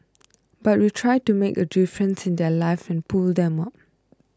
but we try to make a difference in their lives and pull them up